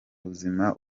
buzima